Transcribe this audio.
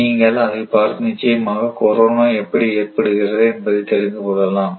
நீங்கள் அதை பார்த்து நிச்சயமாக கோரோணா எப்படி ஏற்படுகிறது என்பதை தெரிந்து கொள்ளலாம்